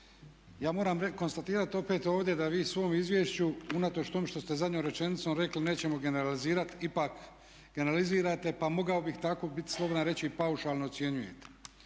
ja moram konstatirati opet ovdje da vi u svom izvješću unatoč tome što ste zadnjom rečenicom rekli nećemo generalizirati ipak generalizirate pa mogao bih tako biti slobodan i reći paušalno ocjenjujete.